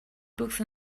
books